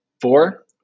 Four